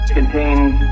Contains